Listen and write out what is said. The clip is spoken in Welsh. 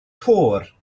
töwr